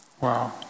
Wow